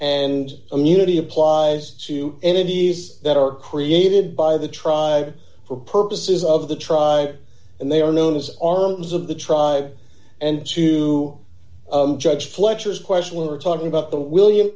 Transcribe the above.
and immunity applies to energies that are created by the tribe for purposes of the try and they are known as arms of the tribe and to judge fletcher is question we were talking about the william